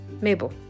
Mabel